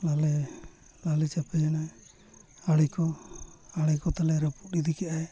ᱟᱞᱮ ᱞᱟᱞᱮ ᱪᱟᱯᱮᱭᱮᱱᱟ ᱟᱲᱮ ᱠᱚ ᱟᱲᱮ ᱠᱚ ᱛᱟᱞᱮ ᱨᱟᱹᱯᱩᱫ ᱤᱫᱤ ᱠᱮᱜᱼᱟᱭ